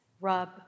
rub